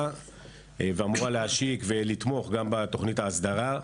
ואמורה להשיק ולתמוך גם בתוכנית ההסדרה,